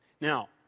Now